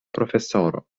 profesoro